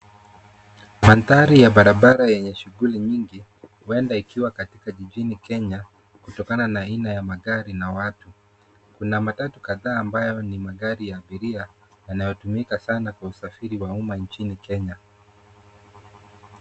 Mandhari ya barabara yenye shughuli nyingi, huenda ikiwa katika jiji Kenya, kutokana na hina ya magari na watu. Kuna matatu kadhaa, ambayo ni magari ya abiria, yanayotumika sana kwa usafiri wa umma nchini Kenya.